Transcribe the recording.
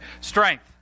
strength